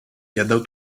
jadał